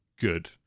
good